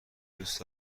دوست